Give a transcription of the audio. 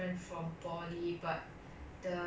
你来到 uni 的时候你就不可以玩了